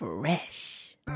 fresh